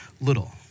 little